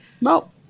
No